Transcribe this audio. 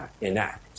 enact